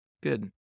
good